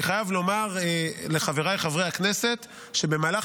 אני חייב לומר לחבריי חברי הכנסת שבמהלך